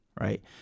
Right